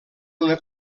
una